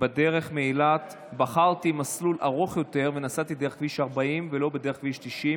בדרך מאילת בחרתי מסלול ארוך יותר ונסעתי דרך כביש 40 ולא דרך כביש 90,